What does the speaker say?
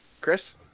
chris